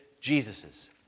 Jesus's